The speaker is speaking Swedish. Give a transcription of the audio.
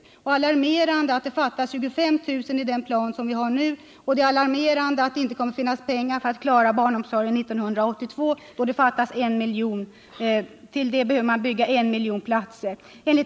Det är alarmerande att det fattas 25 000 platser enligt den plan vi har nu, och det är alarmerande att det inte kommer att finnas pengar för att klara barnomsorgen 1982, då det enligt SCB:s och kommunernas beräkningar behövs 1 miljon platser.